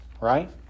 right